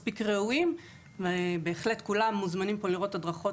מספיק ראויים ובהחלט כולם מוזמנים פה לראות הדרכות